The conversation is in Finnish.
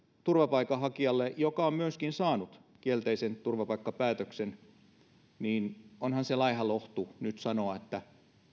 turvapaikanhakijalle joka on saanut kielteisen turvapaikkapäätöksen laiha lohtu nyt sanoa että